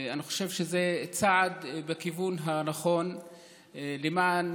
אני חושב שזה צעד בכיוון הנכון למען